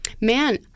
man